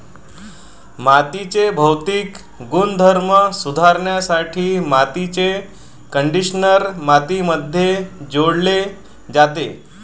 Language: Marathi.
मातीचे भौतिक गुणधर्म सुधारण्यासाठी मातीचे कंडिशनर मातीमध्ये जोडले जाते